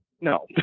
no